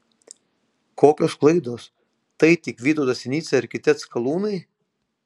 kokios klaidos tai tik vytautas sinica ir kiti atskalūnai